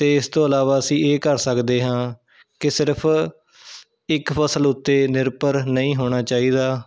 ਅਤੇ ਇਸ ਤੋਂ ਇਲਾਵਾ ਅਸੀਂ ਇਹ ਕਰ ਸਕਦੇ ਹਾਂ ਕਿ ਸਿਰਫ਼ ਇੱਕ ਫਸਲ ਉੱਤੇ ਨਿਰਭਰ ਨਹੀਂ ਹੋਣਾ ਚਾਹੀਦਾ